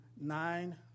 nine